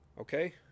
Okay